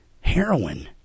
heroin